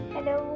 Hello